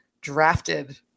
drafted